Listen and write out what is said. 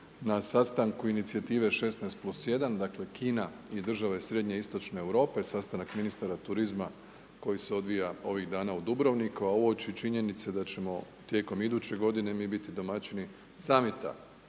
na sastanku inicijative 16+1, dakle Kina i države srednje Istočne Europe, sastanak ministara turizma koji se odvija ovih dana u Dubrovniku, a uoči činjenice da ćemo tijekom iduće godine mi biti domaćini Summita